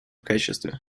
качестве